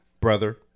Brother